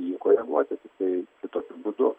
jį koreguoti tiktai kitokiu būdu